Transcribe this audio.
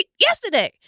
yesterday